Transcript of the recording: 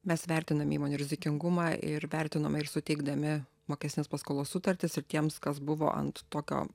mes vertinam įmonių rizikingumą ir vertinome ir suteikdami mokestinės paskolos sutartis ir tiems kas buvo ant tokio